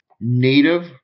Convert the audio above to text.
native